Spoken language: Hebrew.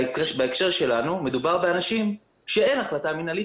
בהקשר שלנו מדובר באנשים שאין החלטה מנהלית